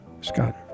Scott